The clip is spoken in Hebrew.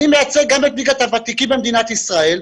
אני מייצג גם את ליגת הוותיקים במדינת ישראל.